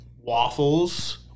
waffles